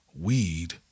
weed